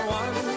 one